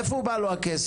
מאיפה בא לו הכסף?